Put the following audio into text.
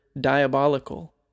diabolical